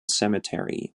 cemetery